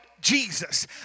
Jesus